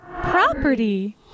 property